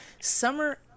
Summer